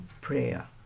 prayer